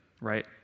right